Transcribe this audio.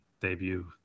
debut